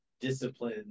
discipline